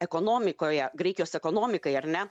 ekonomikoje graikijos ekonomikai ar ne